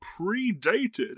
predated